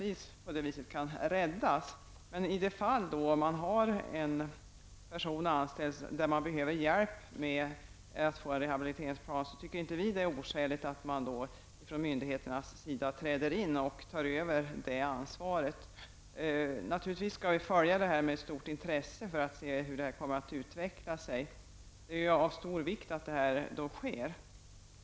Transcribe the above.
Därför kanske de kan räddas. I de fall man har en person anställd där man behöver hjälp med att få en rehabiliteringsplan, tycker vi inte att det är oskäligt att myndigheterna träder in och tar över det ansvaret. Vi kommer att följa hur detta utvecklar sig med stort intresse. Det är av stor vikt att detta sker.